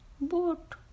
boat